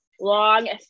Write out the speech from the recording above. long